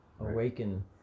awaken